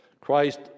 Christ